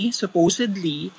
supposedly